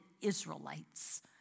Israelites